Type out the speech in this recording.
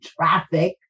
traffic